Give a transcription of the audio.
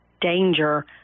danger